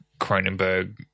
Cronenberg